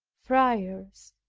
friars,